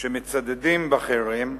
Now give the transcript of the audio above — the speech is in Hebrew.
שמצדדים בחרם,